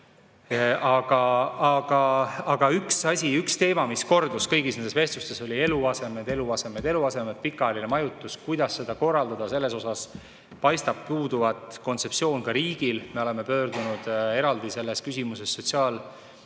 Aga üks asi, üks teema, mis kordus kõigis nendes vestlustes, olid eluasemed, eluasemed ja eluasemed ning pikaajaline majutus, et kuidas seda korraldada. Selle kohta paistab puuduvat kontseptsioon ka riigil. Me oleme pöördunud selles küsimuses eraldi